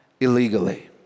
illegally